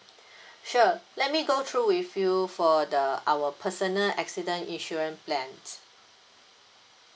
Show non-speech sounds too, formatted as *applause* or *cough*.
*breath* sure let me go through with you for the our personal accident insurance plans